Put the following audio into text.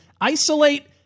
isolate